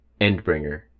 Endbringer